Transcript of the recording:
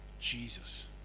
jesus